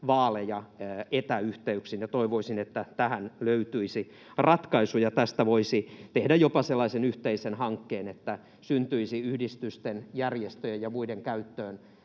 vaaleja etäyhteyksin, ja toivoisin, että tähän löytyisi ratkaisuja. Tästä voisi tehdä jopa sellaisen yhteisen hankkeen, että syntyisi yhdistysten, järjestöjen ja muiden käyttöön